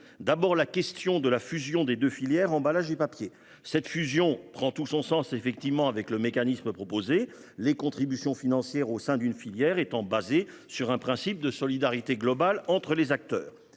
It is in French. D'abord, sur la question de la fusion des deux filières emballages et papier. Cette fusion prend tout son sens avec le mécanisme proposé, les contributions financières au sein d'une filière étant basées sur un principe de solidarité globale entre les acteurs.